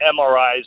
MRIs